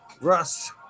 Russ